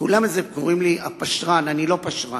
כולם קוראים לי "הפשרן", אני לא פשרן.